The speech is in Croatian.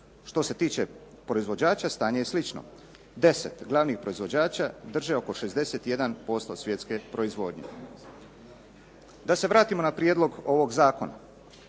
Što se tiče proizvođača stanje je slično. 10 glavnih proizvođača drže oko 61% svjetske proizvodnje. Da se vratimo na prijedlog ovog zakona.